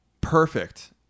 perfect